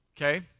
Okay